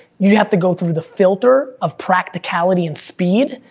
you have to go through the filter of practicality and speed,